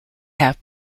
have